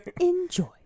Enjoy